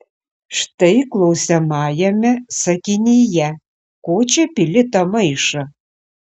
štai klausiamajame sakinyje ko čia pili tą maišą